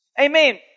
Amen